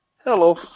Hello